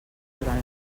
durant